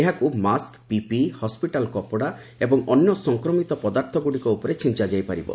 ଏହାକୁ mask PPE hospital କପଡ଼ା ଏବଂ ଅନ୍ୟ ସଂକ୍ରମିତ ପଦାର୍ଥଗୁଡ଼ିକ ଉପରେ ଛିଞ୍ଚାଯାଇ ପାରିବ